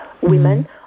women